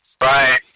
Right